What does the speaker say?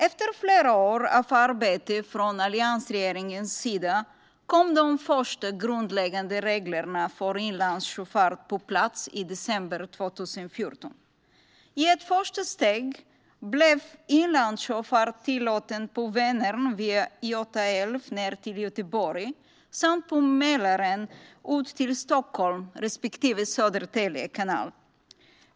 Efter flera års arbete av alliansregeringen kom de första grundläggande reglerna för inlandssjöfart på plats i december 2014. I ett första steg blev inlandssjöfart tillåten på Vänern via Göta älv ned till Göteborg och på Mälaren ut till Stockholm respektive Södertälje kanal.